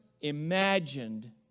imagined